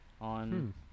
on